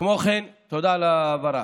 תודה על ההבהרה.